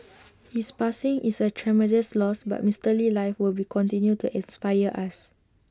his passing is A tremendous loss but Mister Lee's life will be continue to inspire us